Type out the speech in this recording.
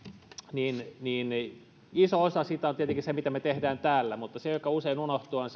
niin niin iso osa siitä on tietenkin se mitä me teemme täällä mutta se mikä usein unohtuu on